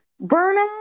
Berna